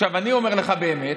אני אומר לך באמת,